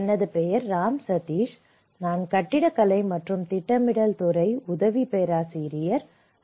எனது பெயர் ராம் சதீஷ் நான் கட்டிடக்கலை மற்றும் திட்டமிடல் துறை உதவி பேராசிரியர் ஐ